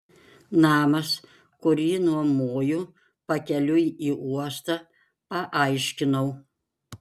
namas kurį nuomoju pakeliui į uostą paaiškinau